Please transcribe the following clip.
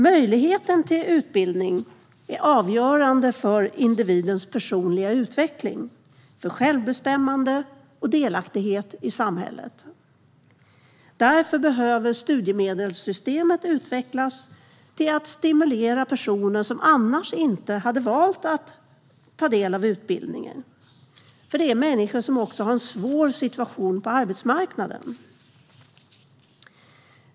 Möjligheten till utbildning är avgörande för individens personliga utveckling, för självbestämmande och för delaktighet i samhället. Därför behöver studiemedelssystemet utvecklas till att stimulera de personer som annars inte skulle tagit del av utbildning och som har en svår situation på arbetsmarknaden.